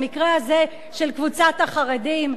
במקרה הזה של קבוצת החרדים,